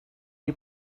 you